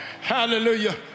Hallelujah